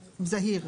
הזהיר.